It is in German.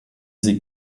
sie